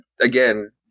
Again